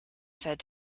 said